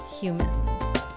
Humans